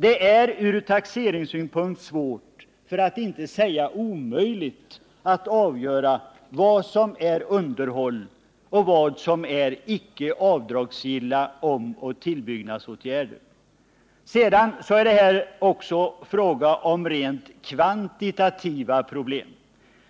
Det är från taxeringssynpunkt svårt, för att inte säga omöjligt, att avgöra vad som är underhåll och vad som är icke avdragsgilla omoch tillbyggnadsåtgärder. Sedan är det också fråga om rent kvantitativa problem